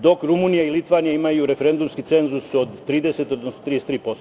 dok Rumunija i Litvanija imaju referendumski cenzus od 30, odnosno 33%